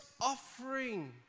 offering